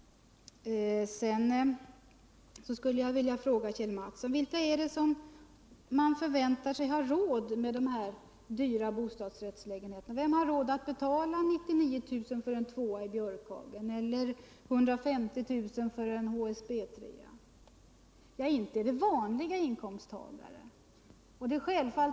Jag skulle vilja fråga Kjell Mattsson: Vilka är det som man förväntar sig skall ha räd med de här dyra bostadsrättslägenheterna? Vem har råd att betala 99 000 för en tvåa i Björkhagen celler 150 000 för en HSB-trea? Ja, inte är det vanliga inkomsttagare.